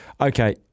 Okay